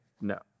no